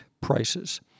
prices